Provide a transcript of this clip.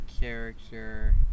character